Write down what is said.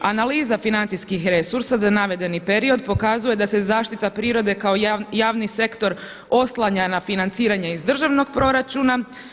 Analiza financijskih resursa za navedeni period pokazuje da se zaštita prirode kao javni sektor oslanja na financiranja iz državnog proračuna.